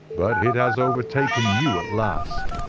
but it has overtaken you at last